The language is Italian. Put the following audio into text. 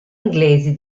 inglesi